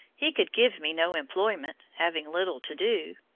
he could give me no employment, having little to do,